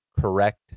correct